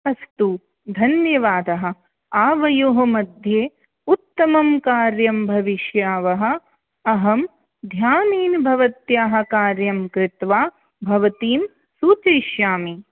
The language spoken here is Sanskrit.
अस्तु धन्यवादः आवयोः मध्ये उत्तमं कार्यं भविष्यावः अहं ध्यानेन भवत्याः कार्यं कृत्वा भवतीं सूचयिष्यामि